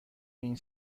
این